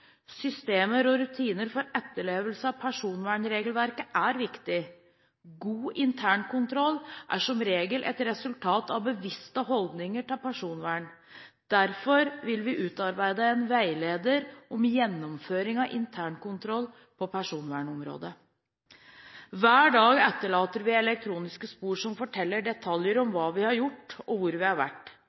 Systemer og rutiner for etterlevelse av personvernregelverket er viktig. God internkontroll er som regel et resultat av bevisste holdninger til personvern. Derfor vil vi utarbeide en veileder om gjennomføring av internkontroll på personvernområdet. Hver dag etterlater vi elektroniske spor som forteller detaljer om hva vi har gjort, og hvor vi har vært.